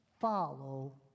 follow